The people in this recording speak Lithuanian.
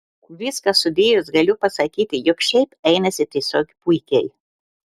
viską sudėjus galiu pasakyti jog šiaip einasi tiesiog puikiai